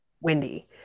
windy